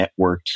networked